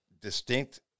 distinct